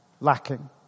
Lacking